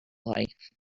life